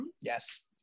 Yes